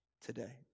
today